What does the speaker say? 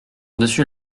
dessus